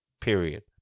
period